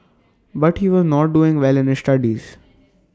but he was not doing well in his studies